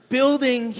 Building